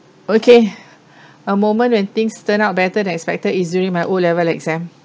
okay a moment when things turn out better than expected easily my O-level exam